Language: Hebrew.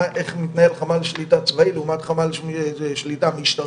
איך מתנהל חמ"ל שליטה צבאי לעומת חמ"ל שליטה משטרתי.